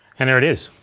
and there it is.